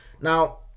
Now